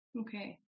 okay